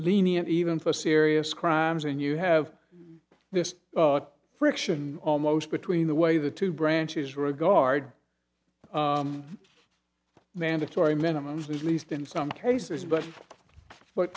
lenient even for serious crimes and you have this friction almost between the way the two branches regard mandatory minimums least in some cases but but